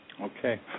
okay